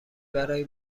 برای